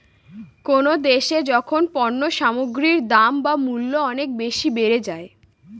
কোনো দেশে যখন পণ্য সামগ্রীর দাম বা মূল্য অনেক বেশি বেড়ে যায়